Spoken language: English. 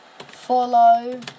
Follow